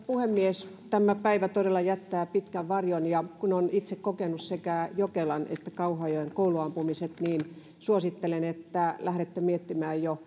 puhemies tämä päivä todella jättää pitkän varjon ja kun olen itse kokenut sekä jokelan että kauhajoen kouluampumiset niin suosittelen että lähdette miettimään jo